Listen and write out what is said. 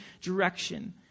direction